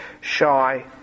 shy